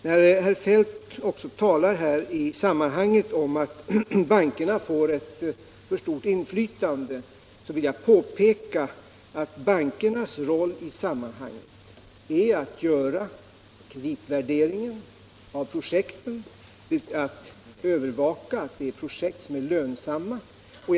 När herr Feldt talar om att bankerna får ett för stort inflytande vill jag påpeka att bankernas roll i sammanhanget är att göra kreditvärderingen av projekten och att övervaka att det rör sig om lönsamma projekt.